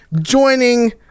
Joining